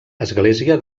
església